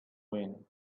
wind